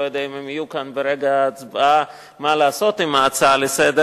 לא יודע אם הם יהיו כאן ברגע ההצבעה על מה לעשות עם ההצעה לסדר-היום,